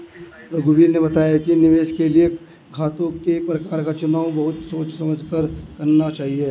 रघुवीर ने बताया कि निवेश के लिए खातों के प्रकार का चुनाव बहुत सोच समझ कर करना चाहिए